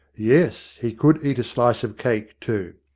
yes, he could eat a slice of cake too.